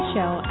Show